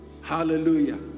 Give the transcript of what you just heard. Hallelujah